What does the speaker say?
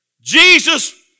Jesus